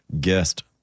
guest